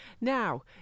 Now